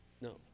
No